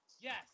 Yes